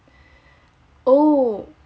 oh